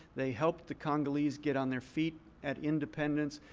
they helped the congolese get on their feet at independence.